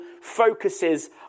focuses